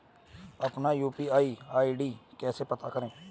अपना UPI ID कैसे पता करें?